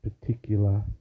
particular